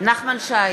גברתי המזכירה,